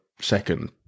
second